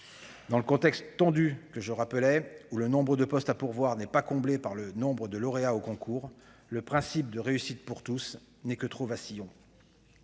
Dans le contexte tendu que je rappelais, où le nombre de postes à pourvoir n'est pas comblé par les lauréats des concours, le principe de réussite pour tous n'est que trop vacillant.